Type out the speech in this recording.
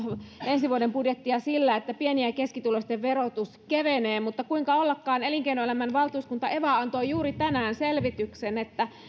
ensi vuoden budjettia sillä että pieni ja keskituloisten verotus kevenee mutta kuinka ollakaan elinkeinoelämän valtuuskunta eva antoi juuri tänään selvityksen että